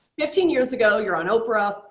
fifteen years ago you're on oprah.